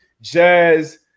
Jazz